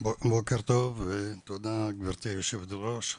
בוקר טוב ותודה, גברתי יושבת הראש.